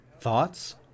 Thoughts